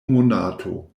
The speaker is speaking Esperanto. monato